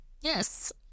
Yes